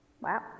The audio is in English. Wow